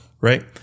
Right